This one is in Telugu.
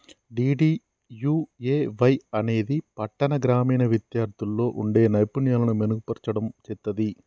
డీ.డీ.యూ.ఏ.వై అనేది పట్టాణ, గ్రామీణ విద్యార్థుల్లో వుండే నైపుణ్యాలను మెరుగుపర్చడం చేత్తది